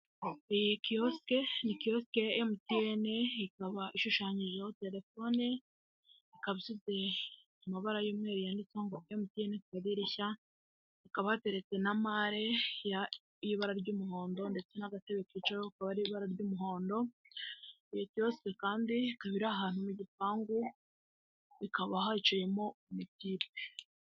Iyi kiyosike, ni kiyosike ya mtn ikaba ishushanyijeho terefone ikaba ifite amabara y'umweru yanditseho ngo mtn ku kadirishya hakab hateretse na mare y'i ibara ry'umuhondo ndetse n'agatebe kicaraho akaba ari ibara ry'umuhondo iyi kiyosike kandi ikaba iri ahantu mu gipangu ikaba hicayemo umutipe.